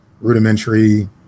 rudimentary